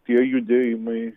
tie judėjimai